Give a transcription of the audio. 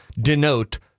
denote